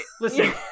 listen